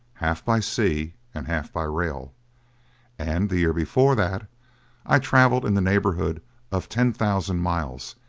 half by sea and half by rail and the year before that i traveled in the neighborhood of ten thousand miles,